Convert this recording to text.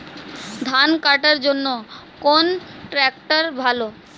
ধান কাটার জন্য কোন ট্রাক্টর ভালো?